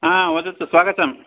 हा वदतु स्वागतम्